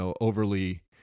overly